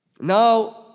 now